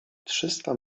trzysta